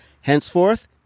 Henceforth